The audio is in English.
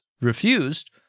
refused